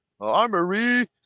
Armory